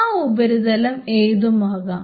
ആ ഉപരിതലം ഏതുമാകാം